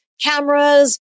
cameras